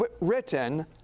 written